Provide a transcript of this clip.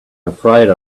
afraid